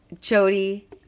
Jody